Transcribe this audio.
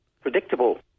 Predictable